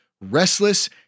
Restless